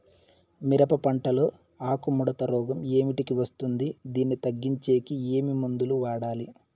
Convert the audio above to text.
మిరప పంట లో ఆకు ముడత రోగం ఏమిటికి వస్తుంది, దీన్ని తగ్గించేకి ఏమి మందులు వాడాలి?